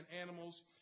animals